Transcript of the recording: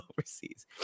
overseas